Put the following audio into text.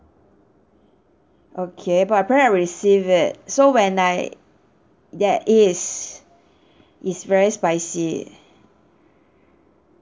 okay but I receive it so when I that is is very spicy